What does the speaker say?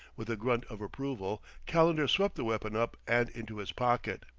with a grunt of approval, calendar swept the weapon up and into his pocket.